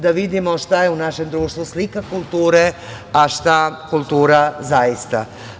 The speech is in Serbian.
Dakle, da vidimo šta je u našem društvu slika kulture, a šta kultura zaista.